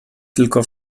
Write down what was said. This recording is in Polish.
tylko